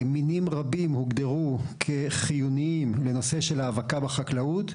מינים רבים הוגדרו כחיוניים לנושא של האבקה בחקלאות,